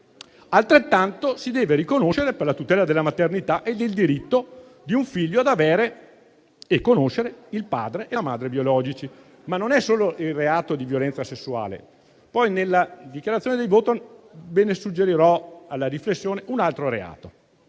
Altrettanto si deve riconoscere per la tutela della maternità e del diritto di un figlio ad avere e conoscere il padre e la madre biologici. Non si tratta però solo del reato di violenza sessuale; in sede di dichiarazione di voto vi suggerirò di riflettere su un altro reato.